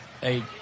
Hey